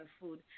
food